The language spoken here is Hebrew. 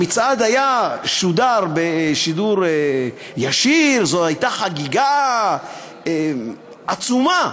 המצעד שודר בשידור ישיר, זו הייתה חגיגה עצומה,